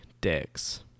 dicks